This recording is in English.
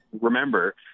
remember